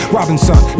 Robinson